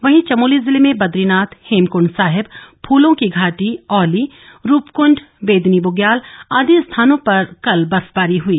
वहीं चमोली जिले में बदरीनाथ हेमकुंड साहिब फूलों की घाटी औली रूपकुंड बेदिनी ब्ग्याल आदि स्थानों पर कल बर्फबारी हुई